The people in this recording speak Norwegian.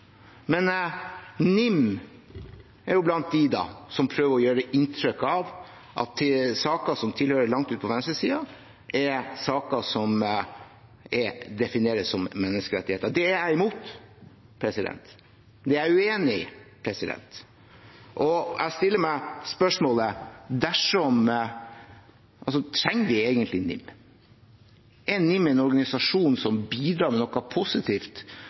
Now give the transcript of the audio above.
men NIM er blant dem som prøver å gi inntrykk av at saker som hører til langt ut på venstresiden, er saker som er å definere som menneskerettigheter. Det er jeg imot. Det er jeg uenig i. Jeg stiller meg spørsmålet: Trenger vi egentlig NIM? Er NIM en organisasjon som bidrar med noe positivt